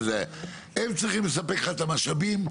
הם צריכים לספק לך את המשאבים,